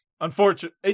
Unfortunate